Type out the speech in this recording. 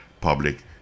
public